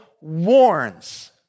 warns